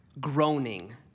Groaning